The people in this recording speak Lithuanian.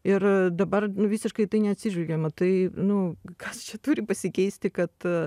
ir dabar visiškai į tai neatsižvelgiama tai nu kas čia turi pasikeisti kad